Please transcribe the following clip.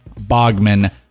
Bogman